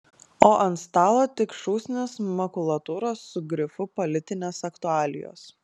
o ant stalo tik šūsnys makulatūros su grifu politinės aktualijos